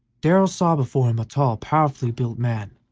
darrell saw before him a tall, powerfully built man,